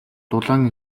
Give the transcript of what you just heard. дулаан